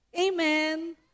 amen